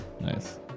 Nice